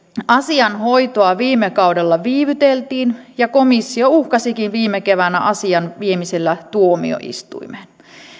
asian hoitoa viime kaudella viivyteltiin ja komissio uhkasikin viime keväänä asian viemisellä tuomioistuimeen